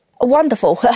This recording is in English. wonderful